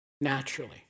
Naturally